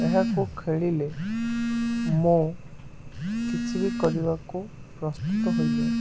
ଏହାକୁ ଖେଳିଲେ ମୁଁ କିଛି ବି କରିବାକୁ ପ୍ରସ୍ତୁତ ହୋଇଯାଏ